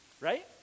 right